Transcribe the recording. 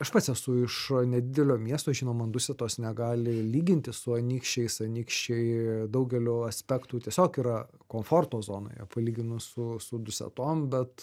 aš pats esu iš nedidelio miesto žinoma dusetos negali lygintis su anykščiais anykščiai daugeliu aspektų tiesiog yra komforto zonoje palyginus su su dusetom bet